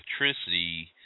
electricity